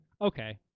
okay